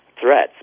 threats